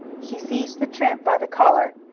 he seized the tramp by the collar,